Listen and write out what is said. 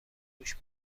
گوش